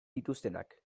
dituztenak